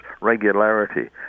regularity